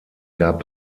gab